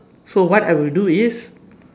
so what I will do is